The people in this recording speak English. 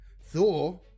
Thor